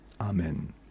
Amen